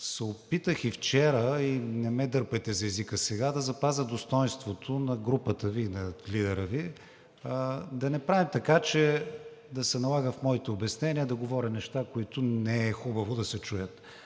се опитах и вчера, и не ме дърпайте за езика сега, да запазя достойнството на групата Ви и на лидера Ви. Да не правим така, че да се налага в моите обяснения да говоря неща, които не е хубаво да се чуят.